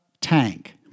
tank